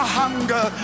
hunger